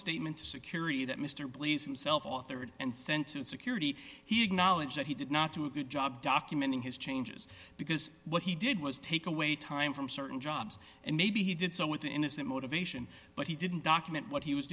statement of security that mr leeson self authored and sent to security he acknowledged that he did not do a good job documenting his changes because what he did was take away time from certain jobs and maybe he did so with innocent motivation but he didn't document what he was